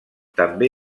també